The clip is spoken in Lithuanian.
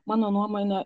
mano nuomone